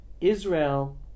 israel